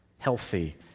Healthy